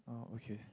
oh okay